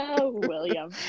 William